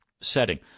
setting